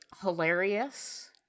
hilarious